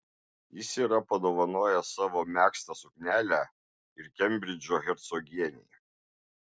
jis yra padovanojęs savo megztą suknelę ir kembridžo hercogienei